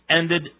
ended